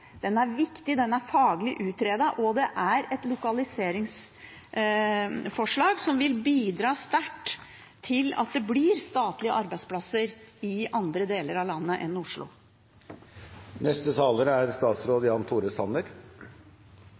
den kan oppklares nå. Den er viktig, faglig utredet, og det er et lokaliseringsforslag som vil bidra sterkt til at det blir statlige arbeidsplasser i andre deler av landet enn Oslo. Jeg er